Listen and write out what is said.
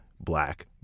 Black